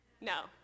No